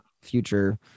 future